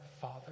father